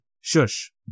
shush